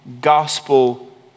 gospel